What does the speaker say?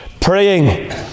praying